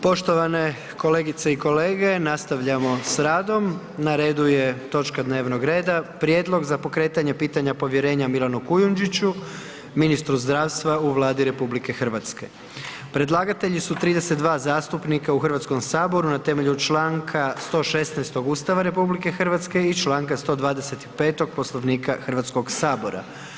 Poštovane kolegice i kolege, nastavljamo s radom, na redu je točka dnevnog reda: - Prijedlog za pokretanje pitanja povjerenja Milanu Kujundžiću, ministru zdravstva u Vladi Republike Hrvatske Predlagatelji su 32 zastupnika u Hrvatskome saboru na temelju čl. 116 Ustava RH i čl. 125 Poslovnika Hrvatskog sabora.